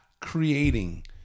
creating